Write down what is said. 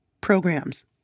programs